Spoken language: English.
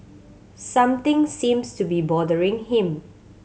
something seems to be bothering him